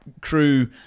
Crew